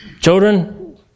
Children